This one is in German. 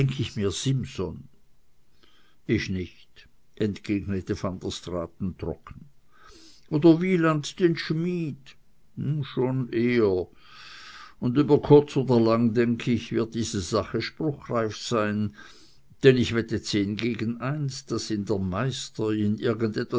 simson ich nicht entgegnete van der straaten trocken oder wieland den schmied schon eher und über kurz oder lang denk ich wird diese sache spruchreif sein denn ich wette zehn gegen eins daß ihn der meister